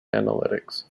analytics